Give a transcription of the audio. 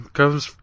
comes